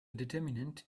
determinant